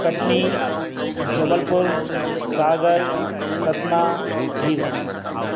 Katni Jabalpur Sagar Satna Rewa